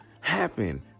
happen